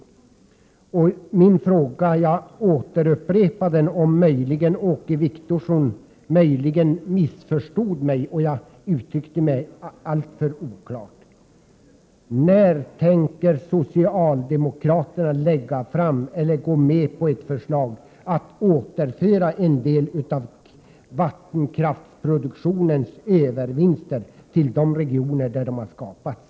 Jag upprepar min fråga, för det kan ju hända att Åke Wictorsson har missförstått mig — kanske uttryckte jag mig alltför oklart: När tänker socialdemokraterna lägga fram, eller stödja, ett förslag som innebär att en del av vattenkraftproduktionens övervinster återförs till de regioner där dessa har skapats?